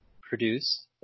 produce